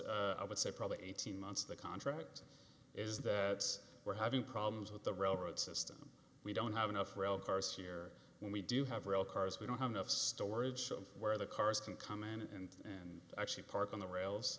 i would say probably eighteen months the contract is that we're having problems with the railroad system we don't have enough rail cars here we do have rail cars we don't have enough storage so where the cars can come in and actually park on the rails